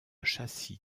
châssis